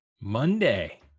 Monday